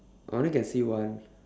I only can see one